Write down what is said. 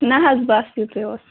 نہ حظ بَس یُتٕے اوس